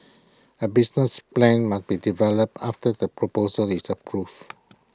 A business plan must be developed after the proposal is approved